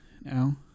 now